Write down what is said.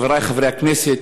חברי חברי הכנסת,